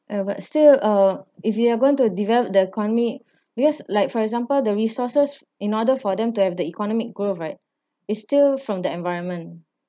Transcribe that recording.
and what still uh if you are going to develop the economy because like for example the resources in order for them to have the economic growth right is still from the environment